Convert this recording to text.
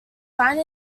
sign